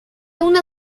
una